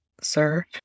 sir